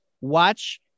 watch